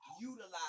utilize